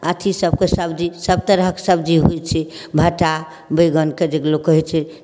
अथी सबके सब्जी सब तरहक होइ छै भाटा बैगन के जे लोक कहै छै